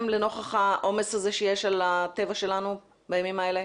נוכח העומס הזה שיש על הטבע שלנו בימים האלה?